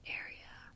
area